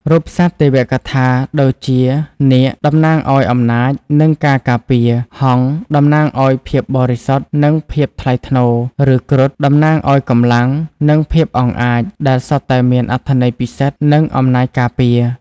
រូបសត្វទេវកថា ដូចជា នាគ (តំណាងឱ្យអំណាច និងការការពារ), ហង្ស (តំណាងឱ្យភាពបរិសុទ្ធ និងភាពថ្លៃថ្នូរ) ឬ គ្រុឌ (តំណាងឱ្យកម្លាំង និងភាពអង់អាច) ដែលសុទ្ធតែមានអត្ថន័យពិសិដ្ឋ និងអំណាចការពារ។